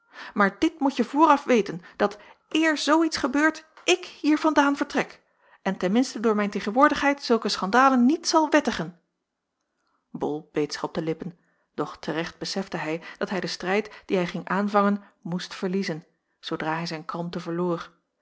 maar dit moetje vooraf weten dat eer zoo iets gebeurt ik hier vandaan trek en ten minste door mijn tegenwoordigheid zulke schandalen niet zal wettigen bol beet zich op de lippen doch te recht besefte hij dat hij den strijd dien hij ging aanvangen moest verliezen zoodra hij zijn kalmte verloor